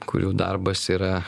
kurių darbas yra